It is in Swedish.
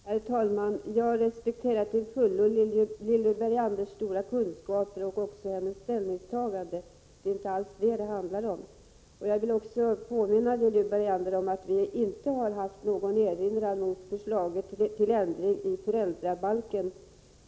Herr talman! Jag respekterar till fullo Lilly Berganders stora kunskaper och även hennes ställningstagande. Det är inte detta det handlar om. Jag vill påminna Lilly Bergander om att vi inte har gjort någon erinran mot förslaget om ändring i föräldrabalken.